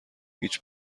هیچ